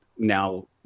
now